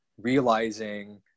realizing